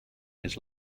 his